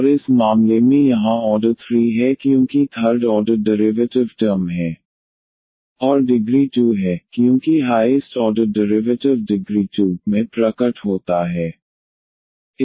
और इस मामले में यहाँ ऑर्डर 3 है क्योंकि थर्ड ऑर्डर डेरिवेटिव टर्म है और डिग्री 2 है क्योंकि हाईएस्ट ऑर्डर डेरिवेटिव डिग्री 2 में प्रकट होता है